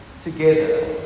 together